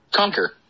Conquer